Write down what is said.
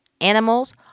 animals